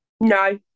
no